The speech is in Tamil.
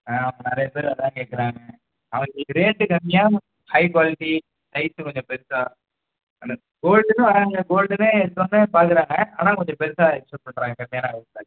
ஆ அவங்க நிறையா பேர் அதுதான் கேட்கறாங்க அவங்களுக்கு ரேட்டு கம்மியாக ஹை க்வாலிட்டி ஹைட்டு கொஞ்சம் பெருசாக அந்த கோல்டுன்னு வர்றாங்க கோல்டுன்னு சொன்னால் பார்க்குறாங்க ஆனால் கொஞ்சம் பெருசாக எக்ஸ்பெக்ட் பண்ணுறாங்க கம்மியான ரேட்டில்